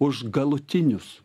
už galutinius